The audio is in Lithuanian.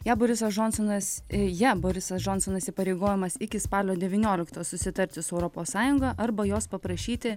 ją borisas džonsonas ja borisas džonsonas įpareigojamas iki spalio devynioliktos susitarti su europos sąjunga arba jos paprašyti